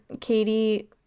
Katie